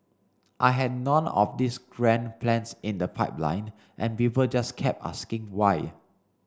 I had none of these grand plans in the pipeline and people just kept asking why